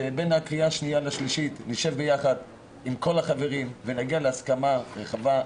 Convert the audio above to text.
ובהכנה לקריאה השנייה והשלישית נשב יחד עם כל החברים ונגיע להסכמה רחבה.